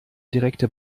direkte